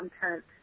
content